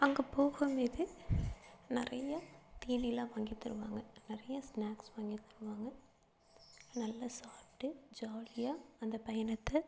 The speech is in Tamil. அங்கே போகும் போது நிறையா தீனிலாம் வாங்கித் தருவாங்க நிறையா ஸ்னாக்ஸ் வாங்கி தருவாங்க நல்லா சாப்பிட்டு ஜாலியாக அந்த பயணத்தை